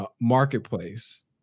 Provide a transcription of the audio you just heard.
marketplace